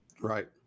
right